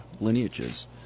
lineages